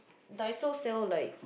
Daiso sell like